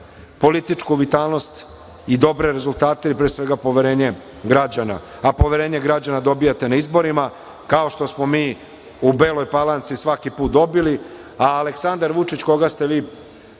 političku vitalnost i dobre rezultate, pre svega poverenje građana. Poverenje građana dobijate na izborima, kao što smo mi u Beloj Palanci svaki put, a Aleksandar Vučić koga ste vi